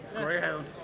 Greyhound